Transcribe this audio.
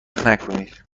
نکنید